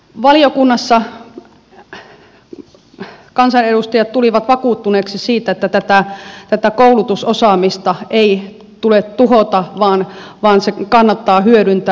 valiokunnassa kansanedustajat tulivat vakuuttuneiksi siitä että tätä koulutusosaamista ei tule tuhota vaan se kannattaa hyödyntää